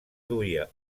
duia